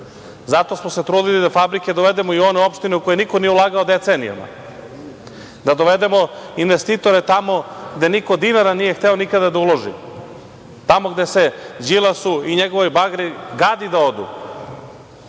Zato smo se trudili da fabrike dovedemo i u one opštine u koje niko nije ulagao decenijama, da dovedemo investitore tamo gde niko dinara nije hteo nikada da uloži, tamo gde se Đilasu i njegovoj bagri gadi da odu.